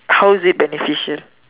how is it beneficial